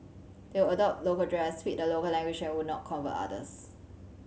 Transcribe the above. they would adopt local dress speak the local language and would not convert others